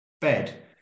bed